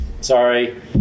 Sorry